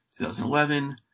2011